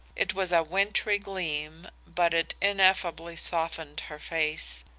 it was a wintry gleam but it ineffably softened her face.